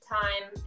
time